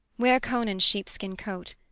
wear conan's sheepskin coat.